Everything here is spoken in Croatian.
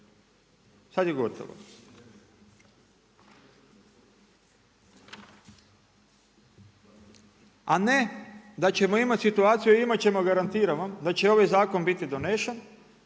Sad je gotovo. A ne da ćemo imati situaciju, imat ćemo garantiram vam, da će ovaj zakon biti donešen